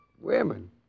Women